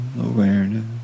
awareness